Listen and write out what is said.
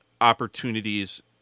opportunities